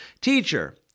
Teacher